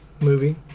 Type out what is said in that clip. movie